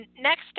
next